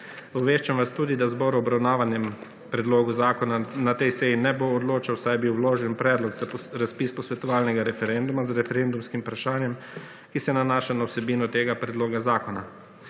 Obveščam vas tudi, da zbor z obravnavanjem Predloga zakona na tej ne bo odločal, saj je bil vložen Predlog za razpis posvetovalnega referenduma z referendumskim vprašanjem, ki se nanaša na vsebino tega Predloga zakona.